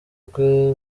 rwe